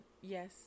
Yes